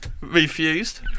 Refused